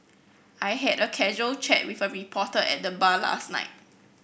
I had a casual chat with a reporter at the bar last night